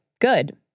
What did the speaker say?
good